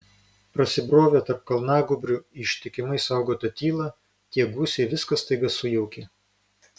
prasibrovę tarp kalnagūbrių į ištikimai saugotą tylą tie gūsiai viską staiga sujaukė